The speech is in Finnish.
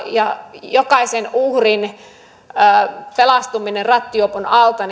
ja jokaisen uhrin pelastumiseksi rattijuopon alta